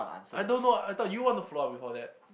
I don't know I thought you want to follow up before that